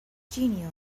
genial